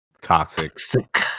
Toxic